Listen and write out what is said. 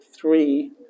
three